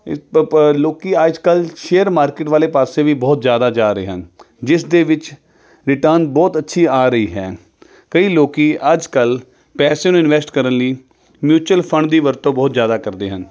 ਪਰ ਲੋਕੀ ਅੱਜ ਕੱਲ੍ਹ ਸ਼ੇਅਰ ਮਾਰਕੀਟ ਵਾਲੇ ਪਾਸੇ ਵੀ ਬਹੁਤ ਜ਼ਿਆਦਾ ਜਾ ਰਹੇ ਹਨ ਜਿਸ ਦੇ ਵਿੱਚ ਰਿਟਰਨ ਬਹੁਤ ਅੱਛੀ ਆ ਰਹੀ ਹੈ ਕਈ ਲੋਕੀ ਅੱਜ ਕੱਲ੍ਹ ਪੈਸੇ ਨੂੰ ਇਨਵੈਸਟ ਕਰਨ ਲਈ ਮਿਊਚੁਅਲ ਫੰਡ ਦੀ ਵਰਤੋਂ ਬਹੁਤ ਜ਼ਿਆਦਾ ਕਰਦੇ ਹਨ